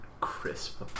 crisp